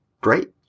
great